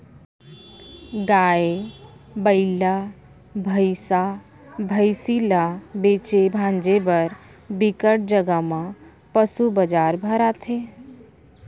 गाय, बइला, भइसा, भइसी ल बेचे भांजे बर बिकट जघा म पसू बजार भराथे